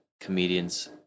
comedians